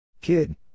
Kid